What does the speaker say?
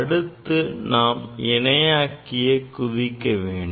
அடுத்து நாம் இணையாக்கியை குவிக்க வேண்டும்